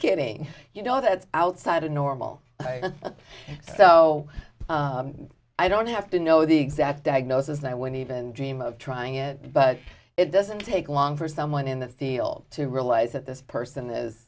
kidding you know that's outside of normal so i don't have to know the exact diagnosis and i wouldn't even dream of trying it but it doesn't take long for someone in the field to realize that this person